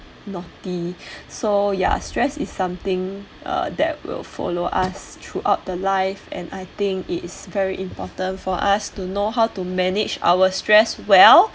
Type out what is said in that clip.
naughty so ya stress is something uh that will follow us throughout the life and I think it is very important for us to know how to manage our stress well